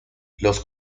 los